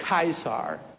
Caesar